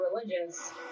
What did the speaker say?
religious